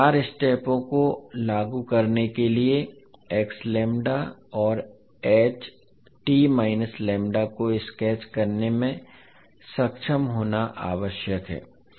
तो चार स्टेपों को लागू करने के लिए और को स्केच करने में सक्षम होना आवश्यक है